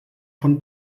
von